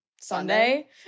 Sunday